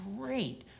Great